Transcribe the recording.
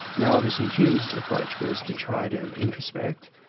now obviously hume's approach was to try to introspect,